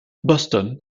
boston